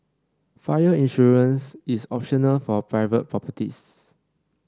fire insurance is optional for private properties